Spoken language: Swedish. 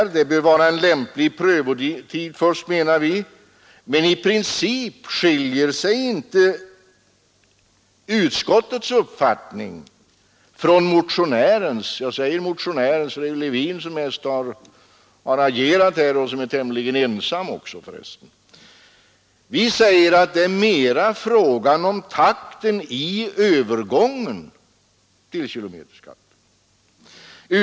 Det bör vara en lämplig prövotid först, menar vi, men i princip skiljer sig inte utskottets uppfattning från motionärens — jag säger motionärens för det är mest herr Levin som agerat här och som är tämligen ensam. Vi säger att det mera är fråga om takten i övergången till kilometerskatten.